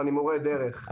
אני מורה דרך.